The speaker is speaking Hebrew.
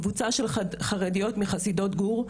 קבוצה של חרדיות מחסידות גור,